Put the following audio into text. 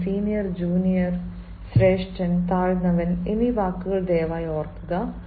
അതിനാൽ senior junior ശ്രേഷ്ഠൻ താഴ്ന്നവൻ എന്നീ വാക്കുകൾ ദയവായി ഓർക്കുക